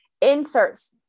inserts